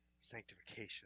sanctification